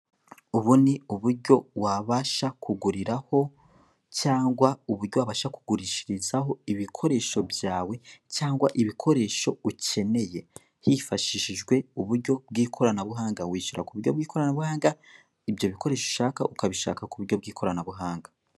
Ubu ni uburyo wabasha kuguriraho cyangwa uburyo wabasha kugurishirizaho ibikoresho byawe cyangwa ibikoresho ukeneye hifashishije uburyo bw'ikoranabuhanga, wishyura k'uburyo bw'ikoranabuhanga, ibyo bikoresho ushaka ukabishaka k'uburyo bw'ikoranabuhanga.